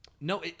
No